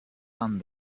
done